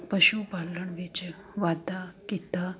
ਪਸ਼ੂ ਪਾਲਣ ਵਿੱਚ ਵਾਧਾ ਕੀਤਾ